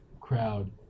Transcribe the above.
crowd